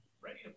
Ready